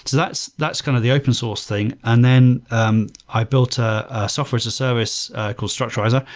that's that's kind of the open-source thing. and then um i built a software as a service called structurizr.